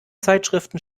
zeitschriften